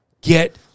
Get